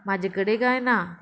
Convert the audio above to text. म्हाजे कडेन कांय ना